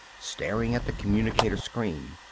staring at the communicator-screen.